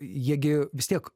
jie gi vis tiek